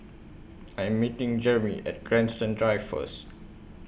I Am meeting Jereme At Grandstand Drive First